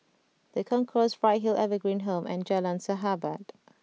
The Concourse Bright Hill Evergreen Home and Jalan Sahabat